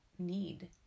need